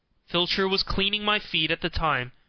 filcher was cleaning my feet at the time,